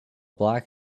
black